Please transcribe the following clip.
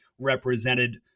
represented